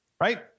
right